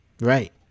Right